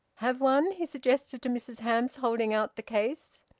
have one? he suggested to mrs hamps, holding out the case.